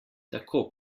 tako